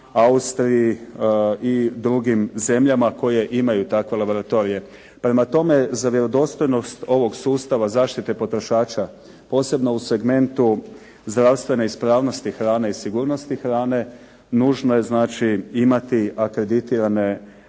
Austriji i drugim zemljama koje imaju takve laboratorije. Prema tome, za vjerodostojnost ovog sustava zaštite potrošača, posebno u segmentu zdravstvene ispravnosti hrane i sigurnosti hrane, nužno je znači imati akreditirane